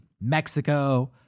Mexico